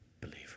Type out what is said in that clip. believer